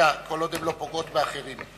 כל עוד הן לא פוגעות באחרים.